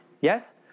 Yes